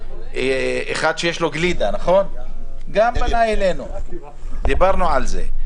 אחד שיש לו גלידה גם פנה אלינו, דיברנו על זה.